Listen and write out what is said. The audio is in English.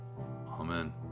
Amen